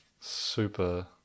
Super